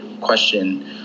question